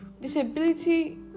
disability